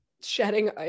shedding